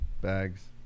bags